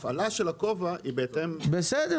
(ב)השר רשאי לקבוע בתקנות הוראות נוספות לעניין דיווח כאמור בסעיף זה,